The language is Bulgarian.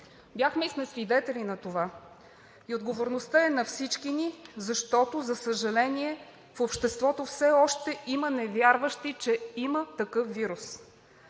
Бяхме и сме свидетели на това, и отговорността е на всички ни, защото, за съжаление, в обществото все още има невярващи, че има такъв вирус.